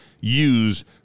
use